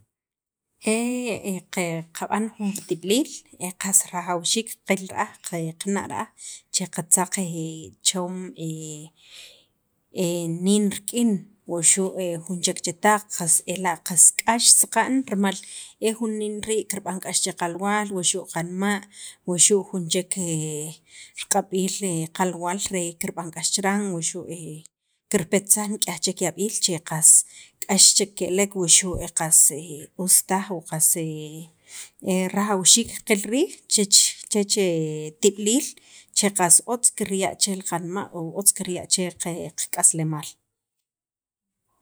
qaqe qab'an jun qatib'iliil e qas rajawxiik qil ra'aj qana' ra'aj che qatzaq choom niin rik'in waxu' jun chek chetaq ela' qas k'ax saqa'n rimal e jun niin rii' kirb'an k'ax che qalwaal, wuxu' qanma' waxu' jun chek q'ab'iil qalwaal re kirb'an k'ax chiran wuxu' kirpetsaj nik'yaj yab'iil che qas k'ax chek ke'lek wuxu' qas ustaj qas rajawxiik qil riij chech tib'iliil che qas otz kirya' chel qanma' ol otz kirya' chel qak'aslemaal.